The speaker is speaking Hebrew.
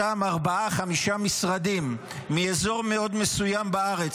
אותם ארבעה-חמישה משרדים מאזור מסוים מאוד בארץ,